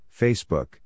Facebook